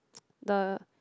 the